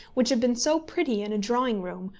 which had been so pretty in a drawing-room,